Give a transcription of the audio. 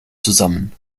zusammen